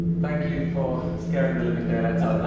thank you for scaring the living daylights out of us.